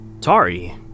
Tari